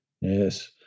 Yes